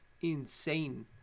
insane